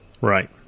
Right